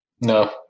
No